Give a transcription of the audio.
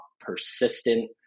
persistent